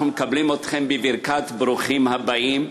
אנחנו מקבלים אתכם בברכת ברוכים הבאים,